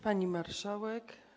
Pani Marszałek!